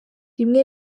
rimwe